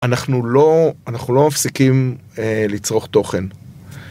אנחנו לא, אנחנו לא מפסיקים לצרוך תוכן.